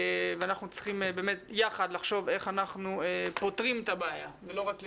ואנחנו צריכים באמת יחד לחשוב איך אנחנו פותרים את הבעיה ולא רק לדבר,